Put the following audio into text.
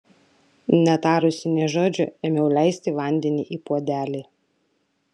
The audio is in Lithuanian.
netarusi nė žodžio ėmiau leisti vandenį į puodelį